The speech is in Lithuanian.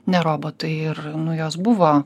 ne robotai ir nu jos buvo